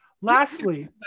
Lastly-